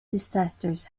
disasters